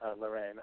Lorraine